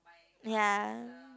ya